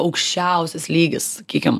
aukščiausias lygis sakykim